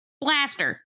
blaster